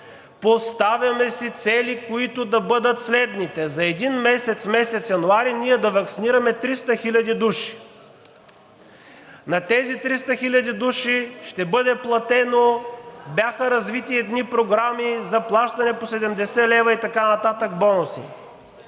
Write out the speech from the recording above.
поставяме си цели, които да бъдат следните: за един месец – месец януари, ние да ваксинираме 300 хил. души. На тези 300 хил. души ще бъде платено. Бяха развити едни програми за плащане по 70 лв. бонуси и така нататък.